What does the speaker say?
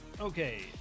Okay